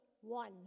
one